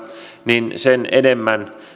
niin sen enemmän